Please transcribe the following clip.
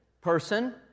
person